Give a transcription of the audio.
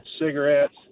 Cigarettes